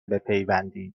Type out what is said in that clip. بپیوندید